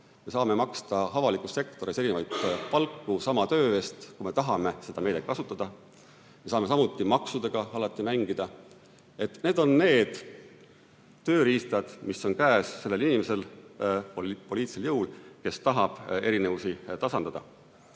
Me saame maksta avalikus sektoris erinevat palka sama töö eest, kui me tahame seda meedet kasutada. Samuti saame maksudega alati mängida. Need on need tööriistad, mis on käes sellel inimesel, poliitilisel jõul, kes tahab erinevusi tasandada.